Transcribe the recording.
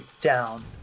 down